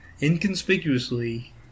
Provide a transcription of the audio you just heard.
inconspicuously